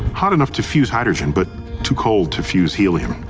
hot enough to fuse hydrogen, but too cold to fuse helium.